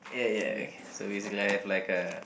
ya ya so basically I have like a